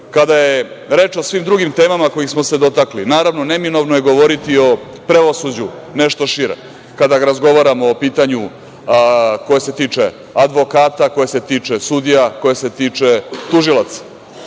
je reč o svim drugim temama kojih smo se dotakli, naravno, neminovno je govoriti o pravosuđu nešto šire, kada razgovaramo o pitanju koje se tiče advokata, koje se tiče sudija, koje se tiče tužilaca.